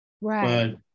Right